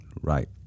Right